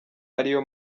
ariyo